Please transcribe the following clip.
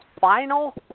final